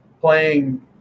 playing